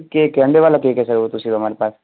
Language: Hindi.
केक है अंडे वाला केक है सर वो तो सिर्फ हमारे पास